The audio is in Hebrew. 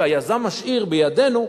שהיזם משאיר בידינו,